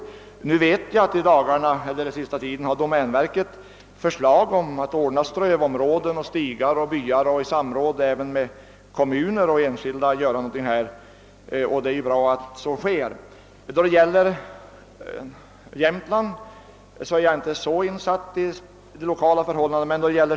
Emellertid vet jag att domänverket på sistone har lagt fram förslag om ordnande av strövområden, stigar och byar i samråd med kommuner och enskilda, och det är bra att så sker. Jag är alltså inte så insatt i de lokala förhållandena i Jämtland.